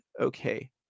Okay